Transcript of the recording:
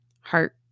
heart